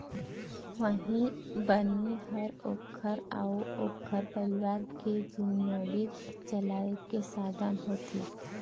उहीं बनी ह ओखर अउ ओखर परिवार के जिनगी चलाए के साधन होथे